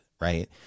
right